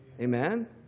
Amen